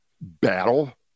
battle